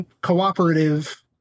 cooperative